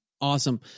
Awesome